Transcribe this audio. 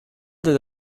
that